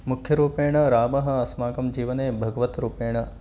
मुख्यरूपेण रामः अस्माकं जीवने भगवान् रूपेण